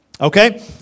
okay